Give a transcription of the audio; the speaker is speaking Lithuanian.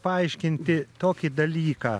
paaiškinti tokį dalyką